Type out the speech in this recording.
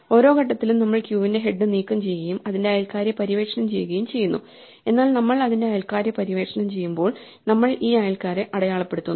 ഓരോ ഘട്ടത്തിലും നമ്മൾ ക്യൂവിന്റെ ഹെഡ് നീക്കംചെയ്യുകയും അതിന്റെ അയൽക്കാരെ പര്യവേക്ഷണം ചെയ്യുകയും ചെയ്യുന്നു എന്നാൽ നമ്മൾ അതിന്റെ അയൽക്കാരെ പര്യവേക്ഷണം ചെയ്യുമ്പോൾ നമ്മൾ ഈ അയൽക്കാരെ അടയാളപ്പെടുത്തുന്നു